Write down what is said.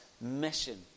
mission